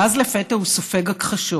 ואז לפתע הוא סופג הכחשות.